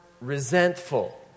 resentful